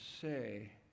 say